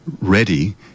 ready